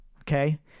Okay